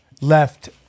left